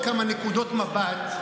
נקודות מבט,